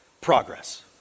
progress